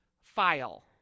file